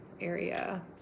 area